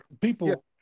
People